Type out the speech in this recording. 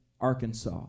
Arkansas